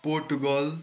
Portugal